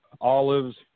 olives